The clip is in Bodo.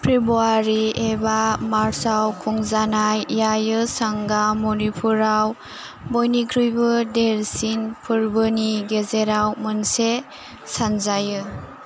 फेब्रुवारि एबा मार्चआव खुंजानाय याओसांगा मणिपुराव बयनिख्रुयबो देरसिन फोर्बोफोरनि गेजेराव मोनसे सानजायो